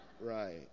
Right